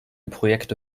projekte